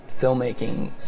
filmmaking